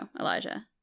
Elijah